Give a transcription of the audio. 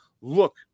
look